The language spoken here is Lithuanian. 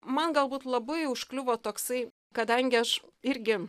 man galbūt labai užkliuvo toksai kadangi aš irgi